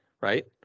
right